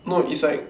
no it's like